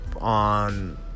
on